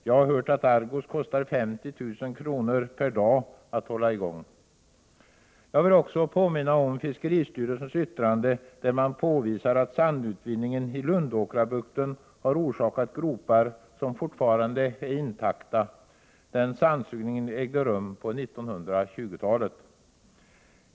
Jag har hört att Argos kostar 50 000 kr. per dag att hålla i gång. Jag vill också påminna om fiskeristyrelsens yttrande, där man påvisar att sandutvinningen i Lundåkrabukten har orsakat gropar som fortfarande är intakta. Den sandsugningen ägde rum på 1920-talet.